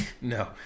No